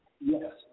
Yes